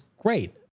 great